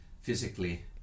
physically